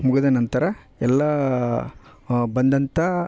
ಮುಗಿದ ನಂತರ ಎಲ್ಲಾ ಬಂದಂಥ